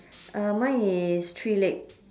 uh mine is three leg